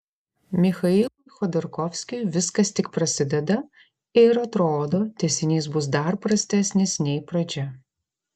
michailui chodorkovskiui viskas tik prasideda ir atrodo tęsinys bus dar prastesnis nei pradžia